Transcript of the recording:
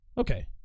Okay